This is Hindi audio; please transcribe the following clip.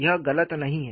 यह गलत नहीं है